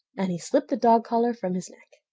and he slipped the dog collar from his neck.